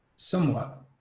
Somewhat